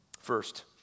First